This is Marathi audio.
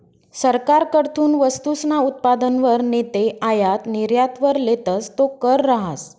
सरकारकडथून वस्तूसना उत्पादनवर नैते आयात निर्यातवर लेतस तो कर रहास